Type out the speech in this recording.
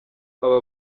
aba